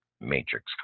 matrix